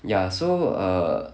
ya so err